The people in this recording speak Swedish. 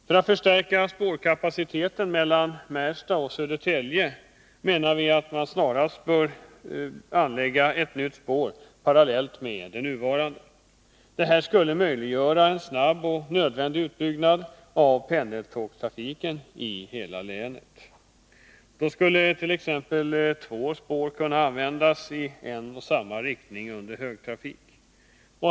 För att förstärka spårkapaciteten mellan Märsta och Södertälje bör snarast ett nytt spår anläggas parallellt med de nuvarande. Det skulle möjliggöra en snabb och nödvändig utbyggnad av pendeltågstrafiken i hela länet. Då skulle t.ex. två spår kunna användas i en och samma riktning under högtrafik.